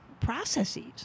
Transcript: processes